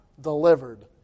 delivered